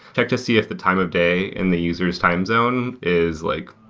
check to see if the time of day in the user's time zone is like